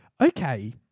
Okay